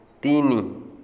ତିନି